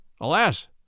Alas